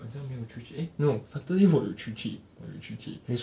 好像没有出去 eh no saturday 我有出去我有出去